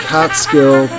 Catskill